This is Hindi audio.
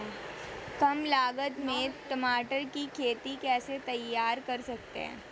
कम लागत में टमाटर की खेती कैसे तैयार कर सकते हैं?